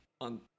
on